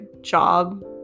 job